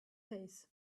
face